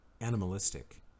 animalistic